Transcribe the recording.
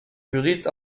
judit